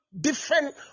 different